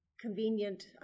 convenient